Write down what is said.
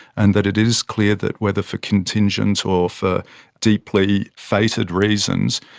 and that it is clear that, whether for contingent or for deeply feted reasons,